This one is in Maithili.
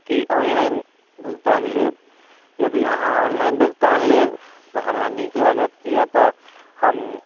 की ऑनलाइन भुगतान लेब यदि अहाँ ऑनलाइन भुगतान लेब तऽ हमरा नीक लागत किएक तऽ हम